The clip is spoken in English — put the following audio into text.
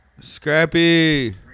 Scrappy